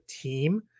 team